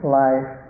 life